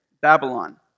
Babylon